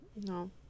No